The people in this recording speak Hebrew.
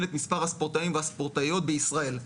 את מספר הספורטאים והספורטאיות בישראל.